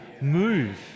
move